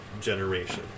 generation